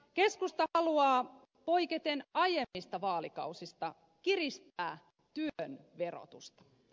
keskusta haluaa poiketen aiemmista vaalikausista kiristää työn verotusta